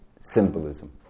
symbolism